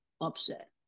upset